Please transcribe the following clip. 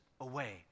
away